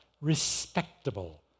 respectable